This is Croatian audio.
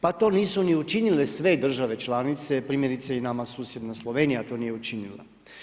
Pa to nisu ni učinile sve države članice, primjerice i nama susjedna Slovenija to nije učinila.